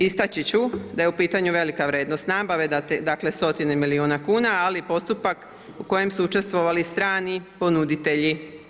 Istaći ću da je u pitanju velika vrijednost nabave, dakle stotine milijuna kuna, ali postupak u kojem su sudjelovali strani ponuditelji.